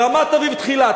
רמת-אביב תחילה.